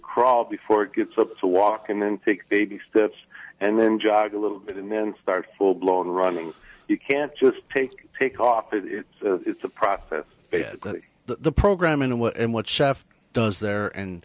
crawl before it gets up to walk and then big baby steps and then jog a little bit and then start full blown running you can't just take take off it it's a process the program in a way and what chef does there and